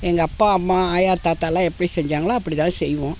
எங்கள் அப்பா அம்மா ஆயா தாத்தா எல்லாம் எப்படி செஞ்சாங்களோ அப்படி தான் செய்வோம்